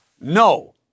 no